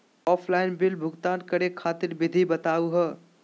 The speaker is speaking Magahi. ऑफलाइन बिल भुगतान करे खातिर विधि बताही हो?